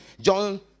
John